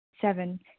Seven